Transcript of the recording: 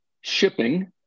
Shipping